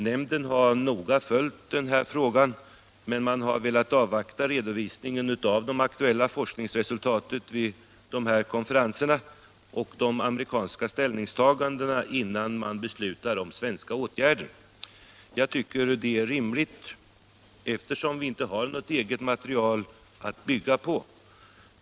Nämnden har noga följt den här frågan men har velat avvakta redovisningen av de aktuella forskningsresultaten vid konferenserna och de amerikanska ställningstagandena innan man beslutar om svenska åtgärder. Jag tycker att det är rimligt, eftersom vi inte har något eget material att bygga på.